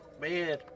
man